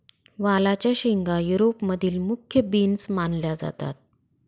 वालाच्या शेंगा युरोप मधील मुख्य बीन्स मानल्या जातात